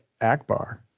akbar